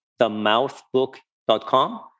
themouthbook.com